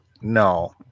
No